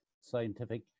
scientific